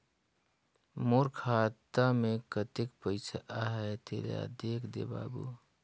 मोर खाता मे कतेक पइसा आहाय तेला देख दे बाबु?